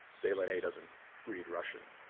delaunay doesn't read russian.